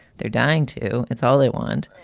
they're dying, too. it's all they want.